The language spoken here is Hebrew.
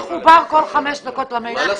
מי מחובר כל חמש דקות למייל שלו?